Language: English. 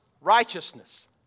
righteousness